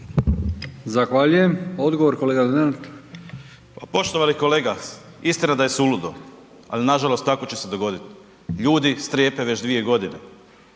Zahvaljujem. Odgovor, kolega Lenart. **Lenart, Željko (HSS)** Poštovani kolega. Istina da je suludo. Ali nažalost tako će se dogoditi. Ljudi strepe već dvije godine.